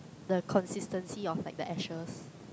the consistency of like the ashes